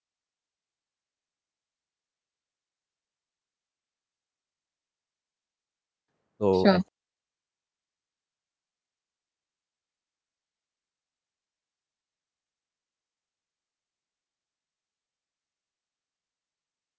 sure